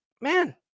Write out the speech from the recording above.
man